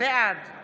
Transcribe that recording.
בעד